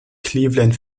cleveland